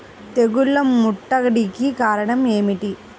తెగుళ్ల ముట్టడికి కారణం ఏమిటి?